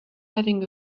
having